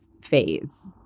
phase